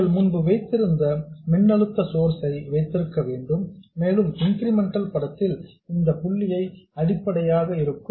நீங்கள் முன்பு வைத்திருந்த மின்னழுத்த சோர்ஸ் ஐ வைத்திருக்க வேண்டும் மேலும் இன்கிரிமெண்டல் படத்தில் இந்த புள்ளி அடிப்படையாக இருக்கும்